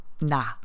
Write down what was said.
Nah